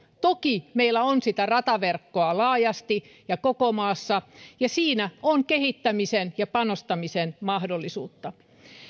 toki meillä on sitä rataverkkoa laajasti ja koko maassa ja siinä on kehittämisen ja panostamisen mahdollisuutta